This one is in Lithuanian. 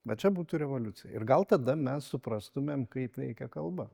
va čia būtų revoliucija ir gal tada mes suprastumėm kaip veikia kalba